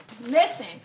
Listen